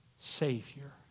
savior